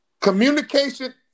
Communication